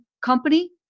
company